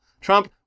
Trump